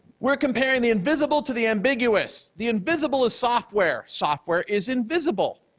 we're comparing the invisible to the ambiguous. the invisible is software. software is invisible.